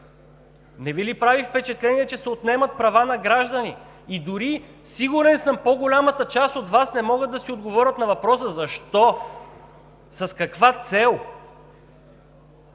Не Ви прави впечатление, че се отнемат права на граждани? И дори, сигурен съм, по-голямата част от Вас не могат да си отговорят на въпроса защо, с каква цел?